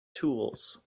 tools